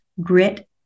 grit